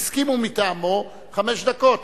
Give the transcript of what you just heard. הסכימו מטעמו חמש דקות.